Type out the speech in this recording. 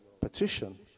petition